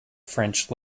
french